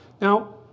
Now